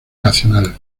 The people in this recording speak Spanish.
nacional